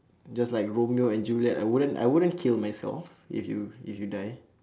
just like romeo and juliet I wouldn't I wouldn't kill myself if you if you die